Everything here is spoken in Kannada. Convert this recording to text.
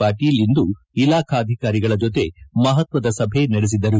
ಪಾಟೀಲ್ ಇಂದು ಇಲಾಖಾಧಿಕಾರಿಗಳ ಜೊತೆ ಮಹತ್ವದ ಸಭೆ ನಡೆಸಿದರು